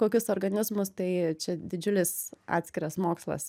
kokius organizmus tai čia didžiulis atskiras mokslas